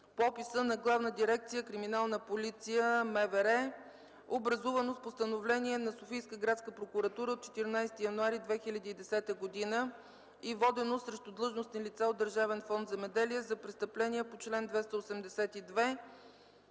по описа на Главна дирекция „Криминална полиция” – МВР, образувана с Постановление на Софийска градска прокуратура от 14 януари 2010 г. и водено срещу длъжностни лица от Държавен фонд „Земеделие” за престъпления по чл. 282